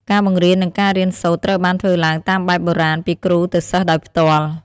ការបង្រៀននិងការរៀនសូត្រត្រូវបានធ្វើឡើងតាមបែបបុរាណពីគ្រូទៅសិស្សដោយផ្ទាល់។